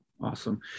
Awesome